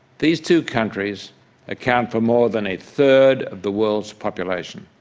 these two countries account for more than a third of the world's population.